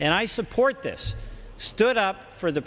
and i support this stood up for the